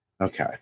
Okay